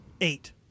eight